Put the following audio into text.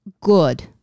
good